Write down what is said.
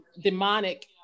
demonic